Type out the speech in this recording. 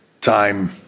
time